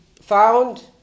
found